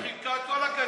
היא חילקה את כל הכסף,